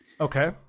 Okay